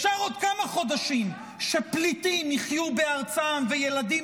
אפשר עוד כמה חודשים שפליטים יחיו בארצם וילדים